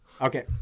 Okay